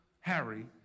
Harry